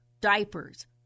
diapers